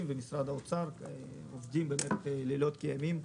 ועם משרד האוצר ועובדים לילות כימים.